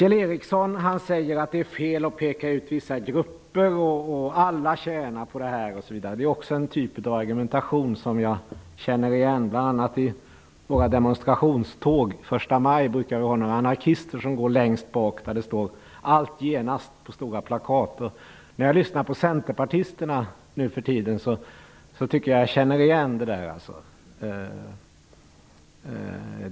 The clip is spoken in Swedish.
Kjell Ericsson säger att det är fel att peka ut vissa grupper, att alla tjänar på detta, osv. Det är också en typ av argumentation som jag känner igen. I våra demonstrationståg förstamaj brukar det vara några anarkister som går längst bak med stora plakat där det står: Allt genast! När jag lyssnar på centerpartisterna nu för tiden tycker jag att jag känner igen det där.